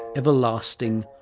everlasting,